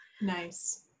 Nice